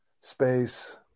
space